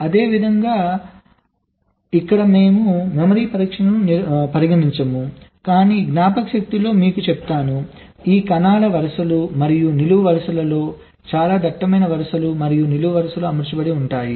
అదేవిధంగా జ్ఞాపకార్థం ఇక్కడ మేము మెమరీ పరీక్షను పరిగణించము కాని జ్ఞాపకశక్తిలో మీకు చెప్తాను ఈ కణాలు వరుసలు మరియు నిలువు వరుసలలో చాలా దట్టమైన వరుసలు మరియు నిలువు వరుసలలో అమర్చబడి ఉంటాయి